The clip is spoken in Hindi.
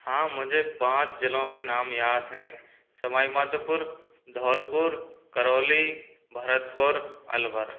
हाँ मुझे पाँच ज़िलों के नाम याद हैं सवाई माधोपुर धौलपुर करौली भरतपुर अलवर